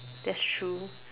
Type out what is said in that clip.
that's true